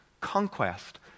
conquest